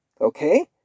Okay